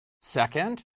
Second